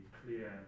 clear